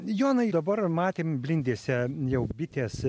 jonai dabar matėm blindėse jau bitės